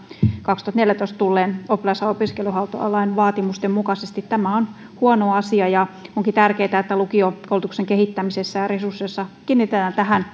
kaksituhattaneljätoista tulleen oppilas ja opiskeluhuoltolain vaatimusten mukaisesti tämä on huono asia ja onkin tärkeätä että lukiokoulutuksen kehittämisessä ja resursseissa kiinnitetään tähän